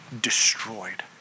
destroyed